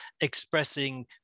expressing